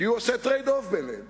כי הוא עושה tradeoff ביניהם,